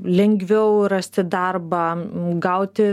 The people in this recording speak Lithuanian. lengviau rasti darbą gauti